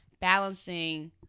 balancing